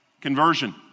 conversion